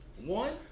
One